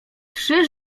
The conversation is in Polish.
trzy